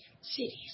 cities